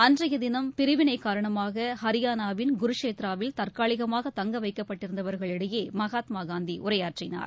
அன்றையதினம் பிரிவினைகாரணமாகஹரியானாவின் குருஷேத்ராவில் தற்காலிகமாகதங்கவைக்கப்பட்டிருந்தவர்களிடையேமகாத்மாகாந்திஉரையாற்றினார்